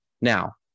Now